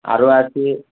আরও আছে